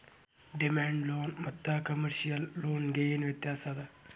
Demand ಲೋನ ಮತ್ತ commercial loan ಗೆ ಏನ್ ವ್ಯತ್ಯಾಸದ?